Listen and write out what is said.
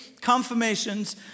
confirmations